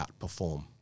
outperform